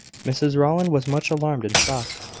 mrs rowland was much alarmed and shocked.